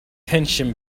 tension